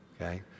okay